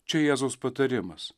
čia jėzaus patarimas